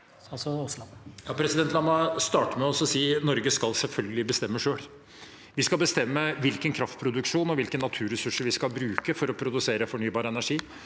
La meg starte med å si at Norge selvfølgelig skal bestemme selv. Vi skal bestemme hvilken kraftproduksjon og hvilke naturressurser vi skal bruke for å produsere fornybar energi.